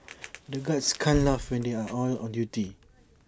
the guards can't laugh when they are on on duty